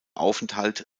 aufenthalt